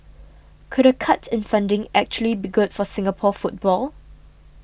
could a cut in funding actually be good for Singapore football